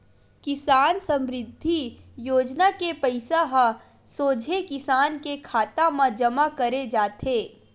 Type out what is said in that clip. किसान समरिद्धि योजना के पइसा ह सोझे किसान के खाता म जमा करे जाथे